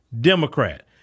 Democrat